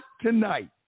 tonight